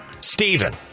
Stephen